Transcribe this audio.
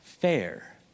fair